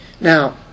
Now